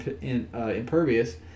Impervious